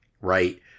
right